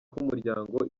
k’umuryango